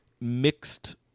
mixed